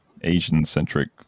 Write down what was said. Asian-centric